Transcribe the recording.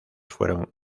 fueron